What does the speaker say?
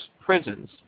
prisons